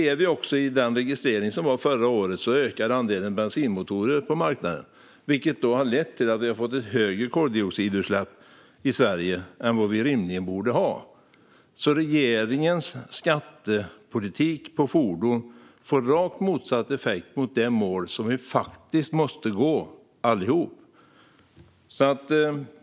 Om vi tittar på den registrering som gjordes förra året kan vi se att andelen bensinmotorer på marknaden ökar. Det har lett till att vi har fått större koldioxidutsläpp i Sverige än vi rimligen borde ha. Regeringens skattepolitik för fordon får alltså rakt motsatt effekt mot det mål som vi allihop måste sträva efter.